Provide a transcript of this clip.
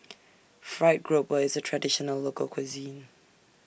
Fried Grouper IS A Traditional Local Cuisine